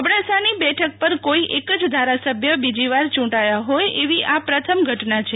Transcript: અબડાસાની બેઠક પર કોઈ એક જ ધારાસભ્ય બીજીવાર યુંટાયા હોય એવી આ પ્રથમ ઘટના છે